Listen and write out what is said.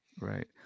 Right